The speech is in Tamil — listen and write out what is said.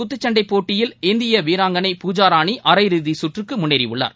குத்துச்சண்டைபோட்டியில் இந்தியவீராங்கனை பூஜாராணிஅரையிறுதிச் பாக்ஸம் சுற்றுக்குமுன்னேறியுள்ளார்